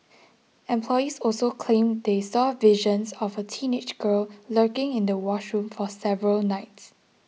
employees also claimed they saw visions of a teenage girl lurking in the washroom for several nights